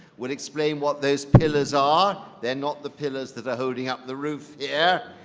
we'll explain what those pillars are. they're not the pillars that are holding up the roof yeah